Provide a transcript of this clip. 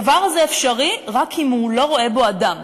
הדבר הזה אפשרי רק אם הוא לא רואה בו אדם.